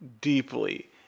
deeply